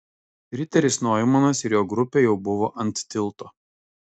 riteris noimanas ir jo grupė jau buvo ant tilto